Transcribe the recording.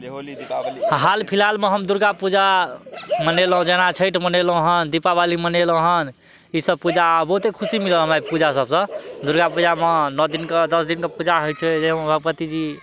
हाल फिलहालमे हम दुर्गा पूजा मनेलहुॅं जेना छठि मनेलहुॅं हन दीपावली मनेलहुॅं हन ई सब पूजा बहुते खुशी मिलल हमरा पूजा सबसँ दुर्गा पूजामे नओ दिनके दस दिनके पूजा होइ छै जाहिमे भगवती जी